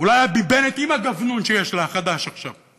אולי הביבנת עם הגבנון שיש לה, החדש, עכשיו,